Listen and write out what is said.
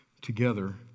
together